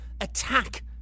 attack